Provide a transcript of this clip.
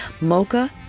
mocha